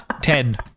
Ten